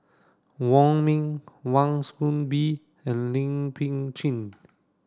Wong Ming Wan Soon Bee and Lin Pin Chin